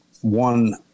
one